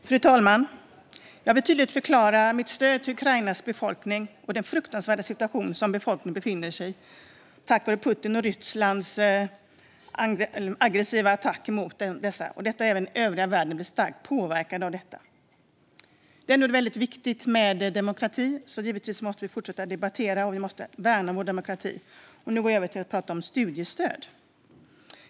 Fru talman! Jag vill tydligt förklara mitt stöd till Ukrainas befolkning i den fruktansvärda situation som den befinner sig i på grund av Putins och Rysslands aggressiva attack. Även resten av världen blir starkt påverkad av detta. Det är väldigt viktigt med demokrati, så givetvis måste vi fortsätta debattera och värna om vår demokrati. Jag går nu över till att prata om studiestöd.